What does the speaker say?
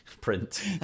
print